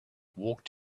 walked